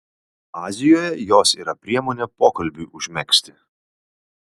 azijoje jos yra priemonė pokalbiui užmegzti